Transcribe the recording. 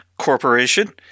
corporation